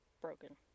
broken